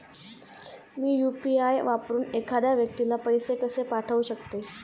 मी UPI वापरून एखाद्या व्यक्तीला पैसे कसे पाठवू शकते?